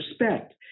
respect